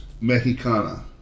Mexicana